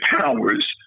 powers